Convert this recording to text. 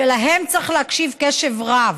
להם צריך להקשיב בקשב רב.